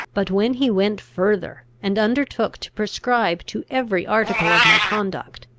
but, when he went further, and undertook to prescribe to every article of my conduct,